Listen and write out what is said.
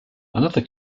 another